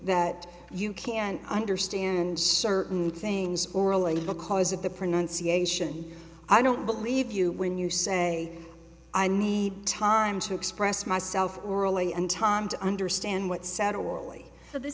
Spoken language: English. that you can't understand certain things because of the pronunciation i don't believe you when you say i need time to express myself orally and time to understand what said orally so this